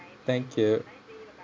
thank you